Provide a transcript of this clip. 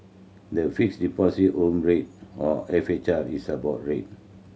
the Fixed Deposit Home Rate or F H R is a board rate